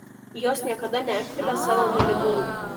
jos niekada neapvilia savo mylimųjų